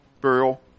burial